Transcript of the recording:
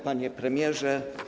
Panie Premierze!